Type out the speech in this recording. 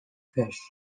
fish